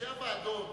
ראשי הוועדות,